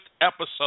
episode